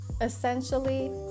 Essentially